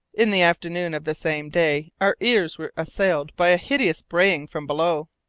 in the afternoon of the same day our ears were assailed by a hideous braying from below.